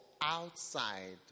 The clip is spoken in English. outside